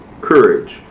Courage